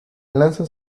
lanzan